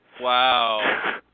Wow